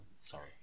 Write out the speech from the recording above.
Sorry